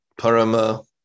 parama